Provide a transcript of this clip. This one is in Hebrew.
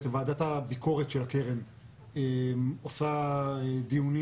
בעצם ועדת הביקורת של הקרן עושה דיונים